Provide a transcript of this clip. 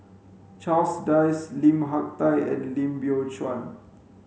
Charles Dyce Lim Hak Tai and Lim Biow Chuan